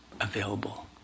available